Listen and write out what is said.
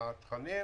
הקרנות.